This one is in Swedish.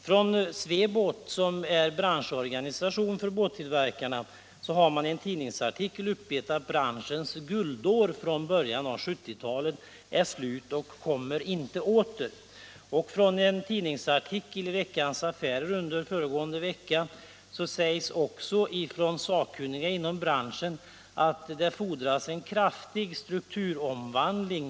Från Sweboat, som är branschorganisation för båttillverkarna, har man i en tidningsartikel uppgett att branschens ”guldår” från början av 1970 talet är slut och kommer inte åter. I en artikel i Veckans Affärer förra veckan sägs också från sakkunniga inom branschen att det fordras en kraftig strukturomvandling.